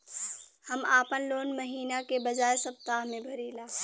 हम आपन लोन महिना के बजाय सप्ताह में भरीला